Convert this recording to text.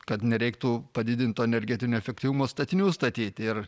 kad nereiktų padidinto energetinio efektyvumo statinių statyti ir